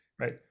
right